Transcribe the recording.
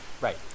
Right